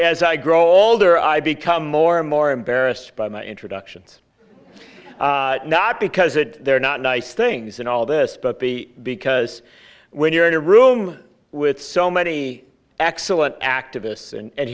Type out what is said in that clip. as i grow older i become more and more embarrassed by my introductions not because it they're not nice things in all this but b because when you're in a room with so many excellent activists